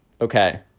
okay